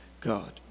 God